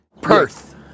Perth